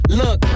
look